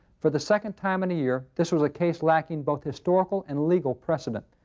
for the second time in a year, this was a case lacking both historical and legal precedent.